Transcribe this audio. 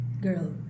girl